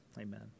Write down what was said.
amen